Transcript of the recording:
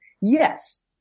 Yes